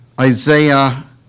Isaiah